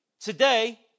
Today